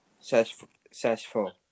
successful